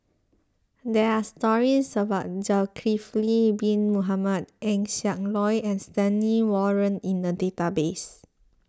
there are stories about Zulkifli Bin Mohamed Eng Siak Loy and Stanley Warren in the database